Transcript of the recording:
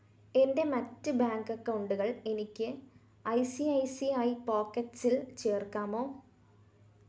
എന്റെ മറ്റ് ബാങ്ക് അക്കൗണ്ടുകൾ എനിക്ക് I C I C I പോക്കറ്റ്സിൽ ചേർക്കാമോ